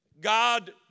God